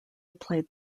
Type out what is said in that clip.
played